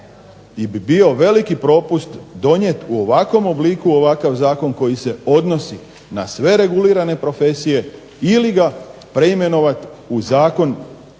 da bi bio veliki propust donijeti u ovakvom obliku ovakav zakon koji se odnosi na sve regulirane profesije ili ga preimenovati u zakon